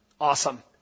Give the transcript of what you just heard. Awesome